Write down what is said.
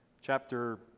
chapter